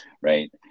Right